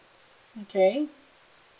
okay